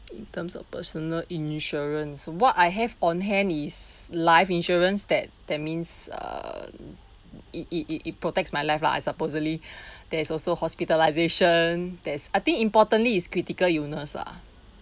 in terms of personal insurance what I have on hand is life insurance that that means err it it it it protects my life lah I supposedly there's also hospitalisation there's I think importantly is critical illness lah